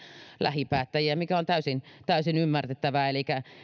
lähipäättäjiä mikä on täysin täysin ymmärrettävää elikkä